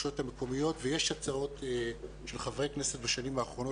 ויש הצעות של חברי כנסת בשנים האחרונות